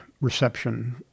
reception